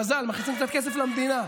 מזל, מכניסים קצת כסף למדינה.